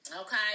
okay